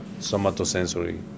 somatosensory